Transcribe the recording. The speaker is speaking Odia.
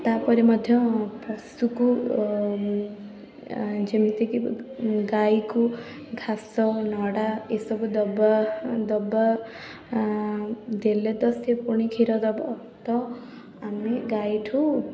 ତା'ପରେ ମଧ୍ୟ ପଶୁକୁ ଏଁ ଯେମିତିକି ଗାଈକୁ ଘାସ ନଡ଼ା ଏସବୁ ଦେବା ଦେବା ଦେଲେ ତ ସେ ପୁଣି କ୍ଷୀର ଦେବ ତ ଆମେ ଗାଈଠୁ